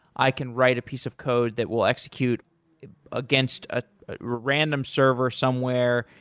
i can write a piece of code that will execute against a random server somewhere.